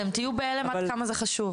אתם תהיו בהלם עד כמה זה חשוב.